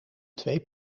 twee